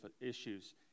issues